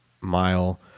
mile